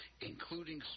including